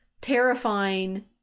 terrifying